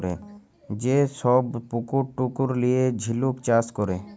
যে ছব পুকুর টুকুর লিঁয়ে ঝিলুক চাষ ক্যরে